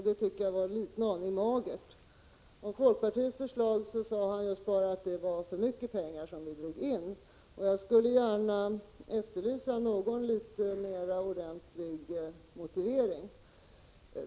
Det tycker jag var en aning magert. Om folkpartiets förslag sade han just bara att det är för mycket pengar vi drar in. Jag skulle gärna vilja efterlysa en något rejälare motivering.